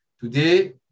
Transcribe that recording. Today